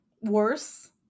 worse